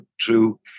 true